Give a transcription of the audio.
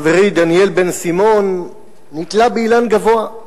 חברי דניאל בן-סימון נתלה באילן גבוה,